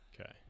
Okay